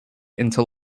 into